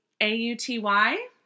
A-U-T-Y